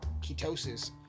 ketosis